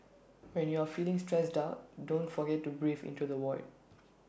when you are feeling stressed duck don't forget to breathe into the void